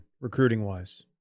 recruiting-wise